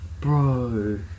bro